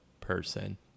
person